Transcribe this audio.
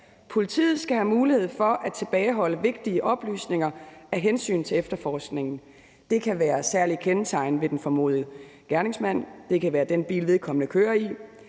Politiet skal have mulighed for at tilbageholde vigtige oplysninger af hensyn til efterforskningen. Det kan være om særlige kendetegn ved den formodede gerningsmand. Det kan være om den bil, vedkommende kører i.